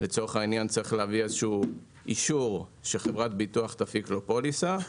צריך להביא איזה שהוא אישור על כך שחברת ביטוח תפיק לו פוליסה.